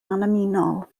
annymunol